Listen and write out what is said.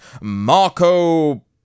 Marco